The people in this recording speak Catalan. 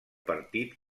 partit